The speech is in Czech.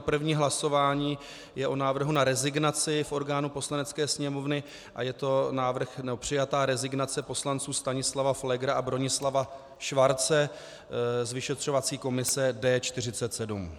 První hlasování je o návrhu na rezignaci v orgánu Poslanecké sněmovny a je to přijatá rezignace poslanců Stanislava Pflégera a Bronislava Schwarze z vyšetřovací komise D47.